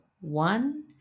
one